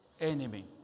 enemy